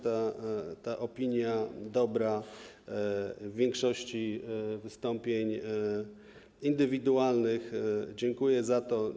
Ta dobra opinia była w większości wystąpień indywidualnych, dziękuję za to.